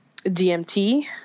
DMT